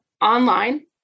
online